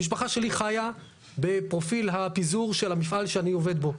המשפחה שלי חיה בפרופיל הפיזור של המפעל שאני עובד בו.